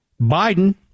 Biden